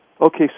Okay